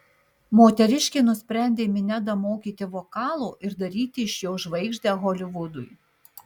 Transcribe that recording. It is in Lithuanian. moteriškė nusprendė minedą mokyti vokalo ir daryti iš jo žvaigždę holivudui